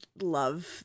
love